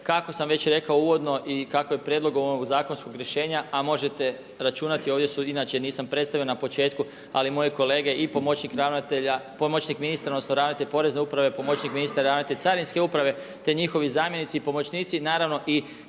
kako sam već rekao uvodno i kao je prijedlogom ovog zakonskog rješenja a možete računati ovdje su, inače nisam predstavio na početku ali moje kolege i pomoćnik ministra odnosno ravnatelj porezne uprave, pomoćnik ministra ravnatelj carinske uprave te njihovi zamjenici i pomoćnici, naravno i